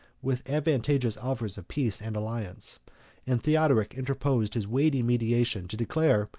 with advantageous offers of peace and alliance and theodoric interposed his weighty mediation, to declare,